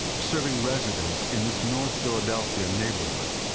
serving residents in this north philadelphia neighborhood.